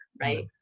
right